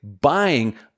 buying